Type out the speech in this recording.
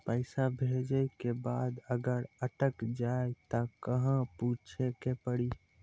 पैसा भेजै के बाद अगर अटक जाए ता कहां पूछे के पड़ी?